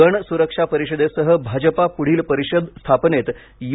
गण सुरक्षा परिषदेसह भाजपा पुढील परिषद स्थापनेत यू